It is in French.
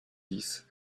dix